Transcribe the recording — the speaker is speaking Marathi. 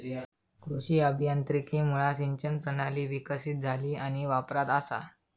कृषी अभियांत्रिकीमुळा सिंचन प्रणाली विकसीत झाली आणि वापरात असा